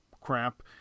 crap